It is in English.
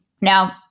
Now